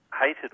hated